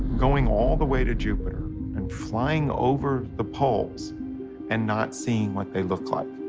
going all the way to jupiter and flying over the poles and not seeing what they look like.